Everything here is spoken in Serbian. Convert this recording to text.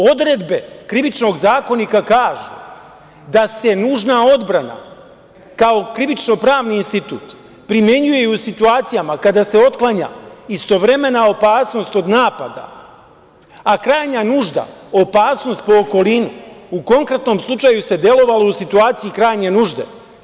Odredbe Krivičnog zakonika kažu da se nužna odbrana kao krivično-pravni institut primenjuje i u situacijama kada se otklanja istovremena opasnost od napada, a krajnja nužda, opasnost po okolinu, u konkretnom slučaju se delovalo u situaciji krajnje nužde.